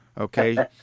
Okay